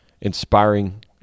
inspiring